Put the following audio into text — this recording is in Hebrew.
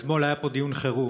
אתמול היה פה דיון חירום